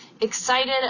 excited